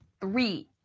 Three